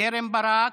קרן ברק,